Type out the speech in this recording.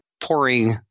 pouring